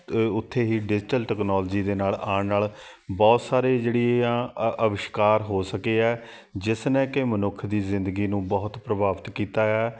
ਉੱਥੇ ਹੀ digital technology ਦੇ ਨਾਲ ਆਉਣ ਨਾਲ ਬਹੁਤ ਸਾਰੇ ਜਿਹੜੀਆਂ ਅ ਅਵਿਸ਼ਕਾਰ ਹੋ ਸਕੇ ਹੈ ਜਿਸਨੇ ਕਿ ਮਨੁੱਖ ਦੀ ਜ਼ਿੰਦਗੀ ਨੂੰ ਬਹੁਤ ਪ੍ਰਭਾਵਿਤ ਕੀਤਾ ਆ